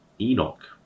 Enoch